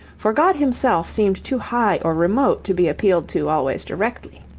for god himself seemed too high or remote to be appealed to always directly.